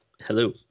Hello